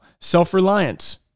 self-reliance